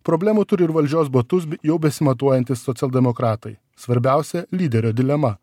problemų turi ir valdžios batus b jau besimatuojantys socialdemokratai svarbiausia lyderio dilema